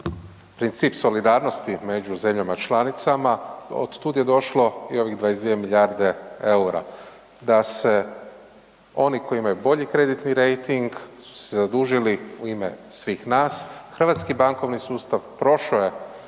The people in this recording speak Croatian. princip solidarnosti među zemljama članicama, od tud je došlo i ovih 22 milijarde EUR-a, da se oni koji imaju bolji kreditni rejting su se zadužili u ime svih nas, hrvatski bankovni sustav prošao je